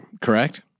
Correct